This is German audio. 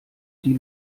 die